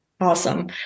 Awesome